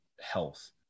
health